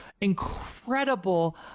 incredible